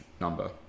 number